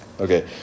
Okay